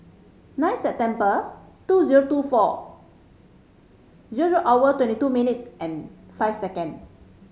nine September two zero two four zero hour twenty two minutes and five second